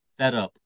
FedUp